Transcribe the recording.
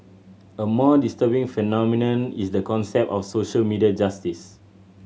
a more disturbing phenomenon is the concept of social media justice